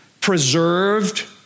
preserved